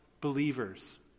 believers